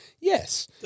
yes